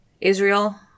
Israel